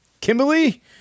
Kimberly